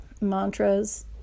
mantras